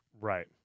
Right